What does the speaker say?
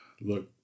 Look